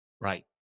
Right